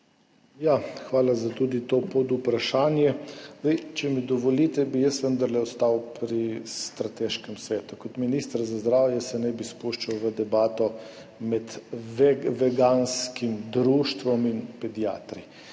Hvala tudi za to podvprašanje. Če mi dovolite, bi jaz vendarle ostal pri Strateškem svetu. Kot minister za zdravje se ne bi spuščal v debato med veganskim društvom in pediatri.